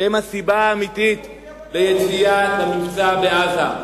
שהם הסיבה האמיתית ליציאה למבצע בעזה?